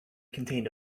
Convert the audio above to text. contained